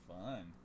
Fun